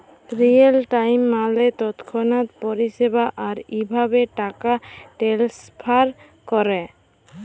Real time মালে তৎক্ষণাৎ পরিষেবা, আর ইভাবে টাকা টেনেসফার ক্যরে